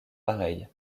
pareil